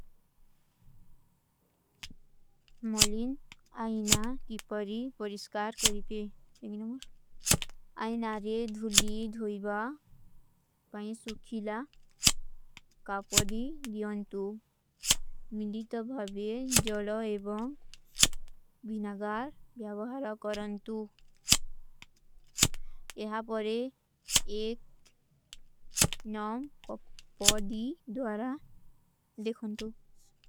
ମଲିନ ଆହିନା କୀ ପରୀ ପରିଷକାର କରିପେ। ଯେଗୀ ନମସ୍ତେ। ଆହିନାରେ ଧୂଲୀ ଧୋଈବା, ପାହିନ ସୁଖୀଲା କାପଡୀ ଦିଯାଂତୁ। ମିଲୀତ ଭଵେ ଜଲା ଏବଂ ଵିନାଗାର ବ୍ଯାବହରା କରାଂତୁ। ଯହାଂ ପରେ ଏକ ନମ କାପଡୀ ଦ୍ଵାରା ଲେଖାଂତୁ।